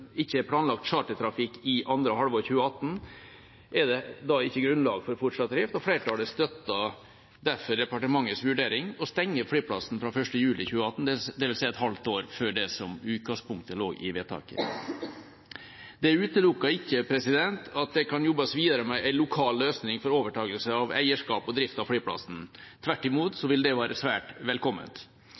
ikke er planlagt chartertrafikk i andre halvår 2018, er det ikke grunnlag for fortsatt drift. Flertallet støtter derfor departementets vurdering om å stenge flyplassen fra 1. juli 2018, det vil si et halvt år før det som i utgangspunktet lå i vedtaket. Det utelukker ikke at det kan jobbes videre med en lokal løsning for overtagelse av eierskap og drift av flyplassen. Tvert imot vil det være svært velkomment.